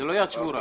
זו לא יד שבורה.